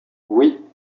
oui